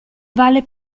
vale